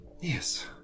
Yes